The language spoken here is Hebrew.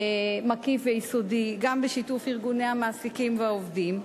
מקיף ויסודי, גם בשיתוף ארגוני המעסיקים והעובדים,